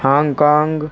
Hong Kong